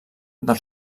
del